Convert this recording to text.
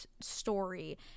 story